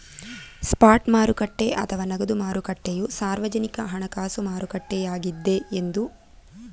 spot ಮಾರುಕಟ್ಟೆ ಅಥವಾ ನಗದು ಮಾರುಕಟ್ಟೆಯು ಸಾರ್ವಜನಿಕ ಹಣಕಾಸು ಮಾರುಕಟ್ಟೆಯಾಗಿದ್ದೆ ಎಂದು ಹೇಳಬಹುದು